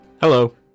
Hello